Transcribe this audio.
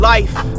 Life